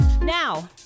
Now